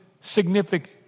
significant